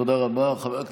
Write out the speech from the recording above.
תודה רבה.